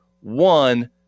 one